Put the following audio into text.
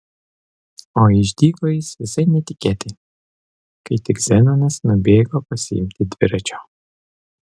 o išdygo jis visai netikėtai kai tik zenonas nubėgo pasiimti dviračio